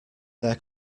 their